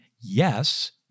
yes